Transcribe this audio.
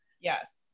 Yes